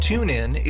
TuneIn